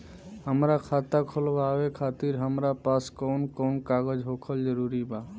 हमार खाता खोलवावे खातिर हमरा पास कऊन कऊन कागज होखल जरूरी बा?